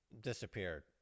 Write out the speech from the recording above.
disappeared